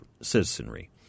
citizenry